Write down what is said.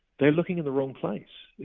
they're looking in the wrong place.